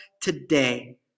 today